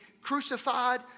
crucified